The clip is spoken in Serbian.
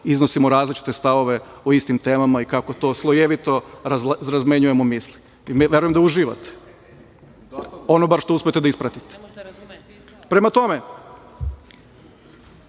iznosimo različite stavove o istim temama i kako to slojevito razmenjujemo misli. I verujem da uživate, ono bar što uspete da ispratite. Prema tome,